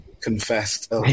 confessed